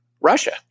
Russia